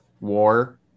War